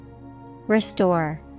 Restore